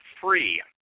free